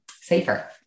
safer